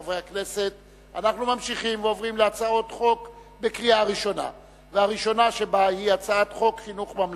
חוק ומשפט רשאית להכינה לקריאה שנייה ושלישית ולהביאה למליאה.